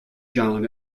john